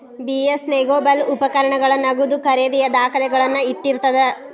BS negotiable ಉಪಕರಣಗಳ ನಗದು ಖರೇದಿಯ ದಾಖಲೆಗಳನ್ನ ಇಟ್ಟಿರ್ತದ